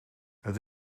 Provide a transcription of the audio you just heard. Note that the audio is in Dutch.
het